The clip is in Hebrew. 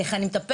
איך אני מטפלת?